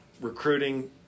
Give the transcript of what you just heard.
recruiting